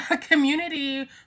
community